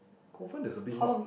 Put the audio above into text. Kovan is a bit not